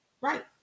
Right